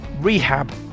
rehab